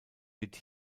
wird